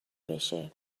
بشه